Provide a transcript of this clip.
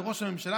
לראש הממשלה,